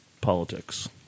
politics